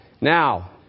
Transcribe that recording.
now